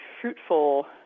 fruitful